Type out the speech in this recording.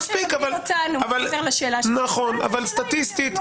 אבל סטטיסטית,